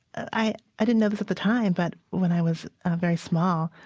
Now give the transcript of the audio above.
i i didn't know this at the time, but when i was very small,